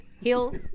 heels